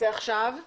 בשעה 11:02.)